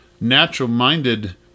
natural-minded